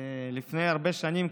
לפני הרבה שנים,